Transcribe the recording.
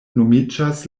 nomiĝas